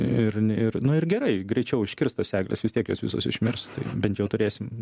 ir ir nu ir gerai greičiau iškirs tas egles vis tiek jos visos išmirs tai bent jau turėsim